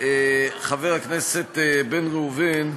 חבר הכנסת בן ראובן,